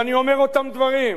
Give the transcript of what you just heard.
ולכן ואני אומר אותם דברים,